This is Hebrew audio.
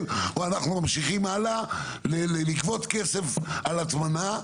או שאנחנו ממשיכים הלאה לגבות כסף על הטמנה,